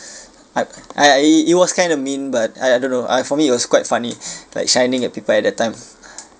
I uh it it it was kind of mean but I I don't know uh for me it was quite funny like shining at people at that time